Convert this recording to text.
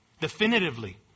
Definitively